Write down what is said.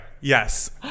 yes